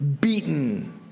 beaten